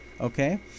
okay